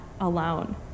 alone